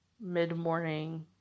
mid-morning